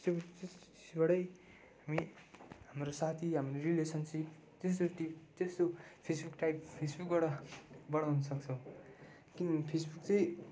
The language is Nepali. बाटै हाम्रो साथी हाम्रो रिलेसनसिप त्यसरी त्यस्तो फेसबुक टाइप फेसबुकबाट बढाउनु सक्छौँ किनभने फेसबुक चाहिँ